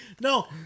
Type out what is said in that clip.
No